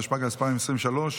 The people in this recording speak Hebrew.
התשפ"ג 2023,